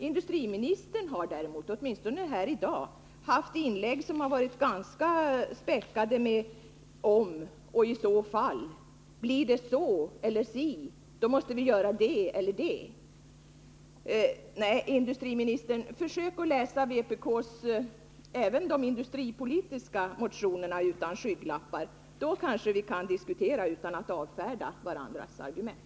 Industriministern har däremot, åtminstone här i dag, haft inlägg som varit ganska späckade med ”om” och ”i så fall” — blir det så eller si, måste vi göra det eller det. politiska, utan skygglappar. Då kanske vi kan diskutera utan att avfärda varandras argument.